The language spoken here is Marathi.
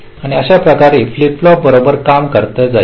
तर अशाप्रकारे फ्लिप फ्लॉप बरोबर काम करत जाईल